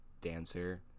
dancer